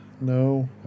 No